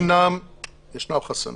יש חסמים.